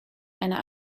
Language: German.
einer